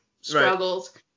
struggles